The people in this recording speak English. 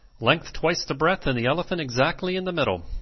length twice the breadth and the elephant exactly in the middle.